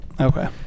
okay